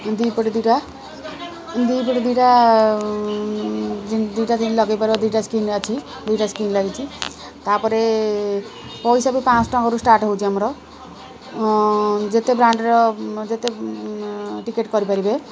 ଦୁଇ ପଟେ ଦୁଇଟା ଦୁଇ ପଟେ ଦୁଇଟା ଦୁଇଟା ଲଗାଇପାରିବ ଦୁଇଟା ସ୍କ୍ରିନ୍ ଅଛି ଦୁଇଟା ସ୍କ୍ରିନ୍ ଲାଗିଛି ତା'ପରେ ପଇସା ବି ପାଞ୍ଚ ଶହ ଟଙ୍କାରୁ ଷ୍ଟାର୍ଟ୍ ହେଉଛି ଆମର ଯେତେ ବ୍ରାଣ୍ଡ୍ର ଯେତେ ଟିକେଟ୍ କରିପାରିବେ